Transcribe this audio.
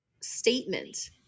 statement